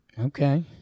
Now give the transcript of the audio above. Okay